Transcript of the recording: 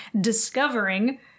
discovering